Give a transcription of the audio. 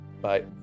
Bye